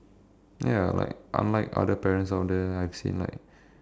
ya like unlike other parents out there I've seen like